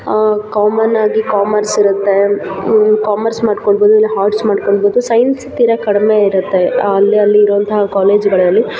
ಕಾಮನ್ನಾಗಿ ಕಾಮರ್ಸಿರುತ್ತೆ ಕಾಮರ್ಸ್ ಮಾಡ್ಕೊಳ್ಬೋದು ಇಲ್ಲ ಹಾರ್ಟ್ಸ್ ಮಾಡ್ಕೊಳ್ಬೋದು ಸೈನ್ಸ್ ತೀರಾ ಕಡಿಮೆ ಇರುತ್ತೆ ಅಲ್ಲಿ ಅಲ್ಲಿ ಇರೋಂತಹ ಕಾಲೇಜುಗಳಲ್ಲಿ